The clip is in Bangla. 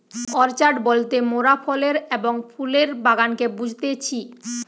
অর্চাড বলতে মোরাফলের এবং ফুলের বাগানকে বুঝতেছি